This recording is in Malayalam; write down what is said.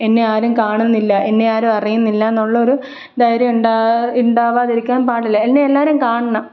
എന്നെ ആരും കാണുന്നില്ല എന്നെ ആരും അറിയുന്നില്ല എന്നുള്ളൊരു ധൈര്യം ഉണ്ടാ ഉണ്ടാകാതിരിക്കാൻ പാടില്ല എന്നെ എല്ലാവരും കാണണം